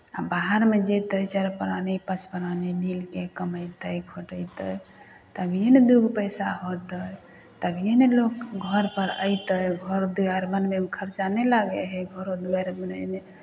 आ बाहरमे जेतै चारि प्राणी पाँच प्राणी मिलि कऽ कमेतै खटयतै तभिए ने दू गो पैसा होतै तभिए ने लोक घरपर अयतै घर दुआरि बनबैमे खर्चा नहइ लागै हइ घरो दुआरि बनयमे